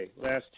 last